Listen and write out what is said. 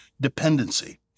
dependency